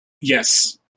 Yes